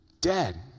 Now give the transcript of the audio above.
Dead